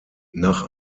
nach